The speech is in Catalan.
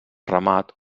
ramat